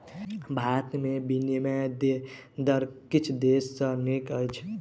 भारत में विनिमय दर किछ देश सॅ नीक अछि